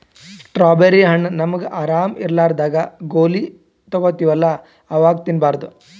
strawberry ಹಣ್ಣ್ ನಮ್ಗ್ ಆರಾಮ್ ಇರ್ಲಾರ್ದಾಗ್ ಗೋಲಿ ತಗೋತಿವಲ್ಲಾ ಅವಾಗ್ ತಿನ್ಬಾರ್ದು